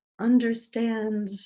understand